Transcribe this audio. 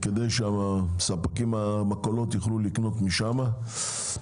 כדי שהספקים מהמכולות יוכלו לקנות משם,